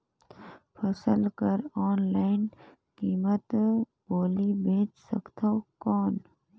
फसल कर ऑनलाइन कीमत बोली बेच सकथव कौन?